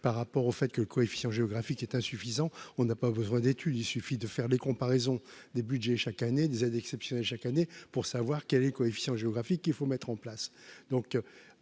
par rapport au fait que le coefficient géographique est insuffisant, on n'a pas besoin d'études, il suffit de faire des comparaisons des budgets chaque année des aides exceptionnelles, chaque année, pour savoir qui allait coefficient géographique, il faut mettre en place,